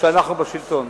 כשאנחנו בשלטון.